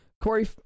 Corey